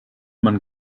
man